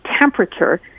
temperature